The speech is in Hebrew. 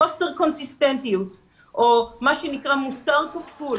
חוסר קונסיסטנטיות או מה שנקרא מוסר כפול